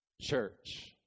church